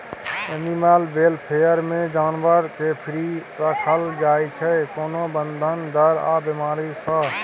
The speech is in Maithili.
एनिमल बेलफेयर मे जानबर केँ फ्री राखल जाइ छै कोनो बंधन, डर आ बेमारी सँ